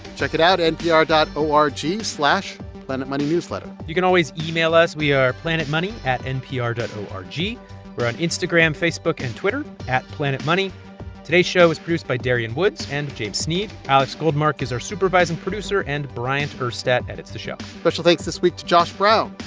check it out npr dot o r g planetmoneynewsletter you can always email us. we are planetmoney at npr dot o r g. we're on instagram, facebook and twitter at planetmoney. today's show was produced by darian woods and james sneed. alex goldmark is our supervising producer, and bryant urstadt edits the show special thanks this week to josh brown,